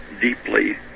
deeply